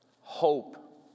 hope